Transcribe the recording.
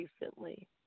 recently